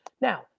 now